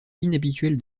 inhabituel